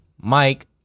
Mike